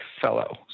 fellow